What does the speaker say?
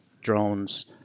drones